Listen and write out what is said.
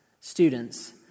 students